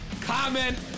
Comment